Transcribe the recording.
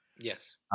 Yes